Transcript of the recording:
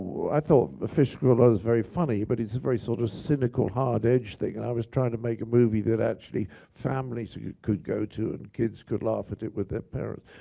i thought a fish called wanda was very funny, but it's very sort of cynical, hard-edged thing. and i was trying to make a movie that actually families could go to and kids could laugh at it with their parents.